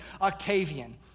Octavian